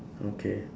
okay